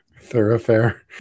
thoroughfare